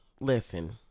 listen